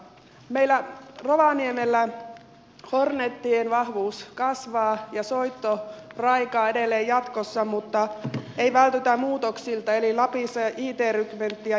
meillä rovaniemellä hornetien vahvuus kasvaa ja soitto raikaa edelleen jatkossa mutta ei vältytä muutoksilta eli lapissa it rykmentti ja jääkäriprikaatin esikuntatehtävät yhdistyvät